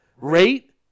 Rate